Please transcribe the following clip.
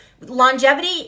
longevity